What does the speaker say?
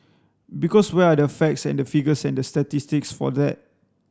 because where are the facts and the figures and the statistics for that